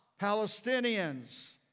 Palestinians